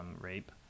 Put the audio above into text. rape